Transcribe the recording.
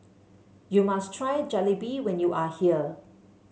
you must try Jalebi when you are here